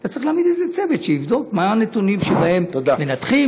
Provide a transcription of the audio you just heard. אתה צריך להעמיד איזה צוות שיבדוק מה הנתונים שבהם מנתחים,